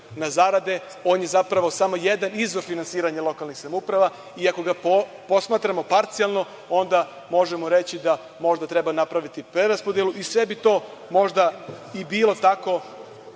na zarade, on je zapravo samo jedan izvor finansiranja lokalnih samouprava, i ako ga posmatramo parcijalno, onda možemo reći da možda treba napraviti preraspodelu. Sve bi to možda i bilo tako